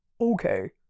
Okay